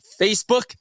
Facebook